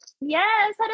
Yes